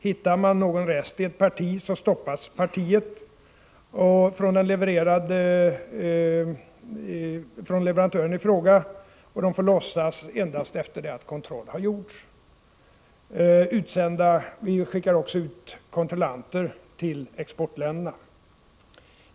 Hittar man någon rest i ett parti, så stoppas partiet från leverantören i fråga och får lossas endast efter det att kontroll har gjorts. Vi skickar också ut kontrollanter till exportländerna.